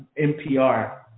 NPR